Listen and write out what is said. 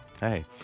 Hey